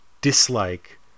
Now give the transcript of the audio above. dislike